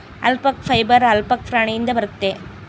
alpaca fibre alpaca ಪ್ರಾಣಿಯಿಂದ ಬರುತ್ತೆ